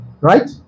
right